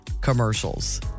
commercials